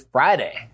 Friday